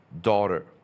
daughter